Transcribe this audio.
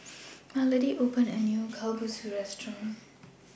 Melody recently opened A New Kalguksu Restaurant